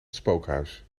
spookhuis